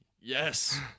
yes